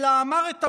אלא אמר את המילים,